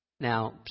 Now